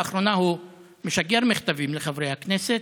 לאחרונה הוא משגר מכתבים לחברי הכנסת,